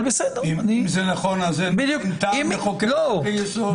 אם זה נכון אז אין טעם לחוקק חוקי יסוד.